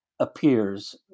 appears